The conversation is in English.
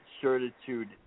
certitude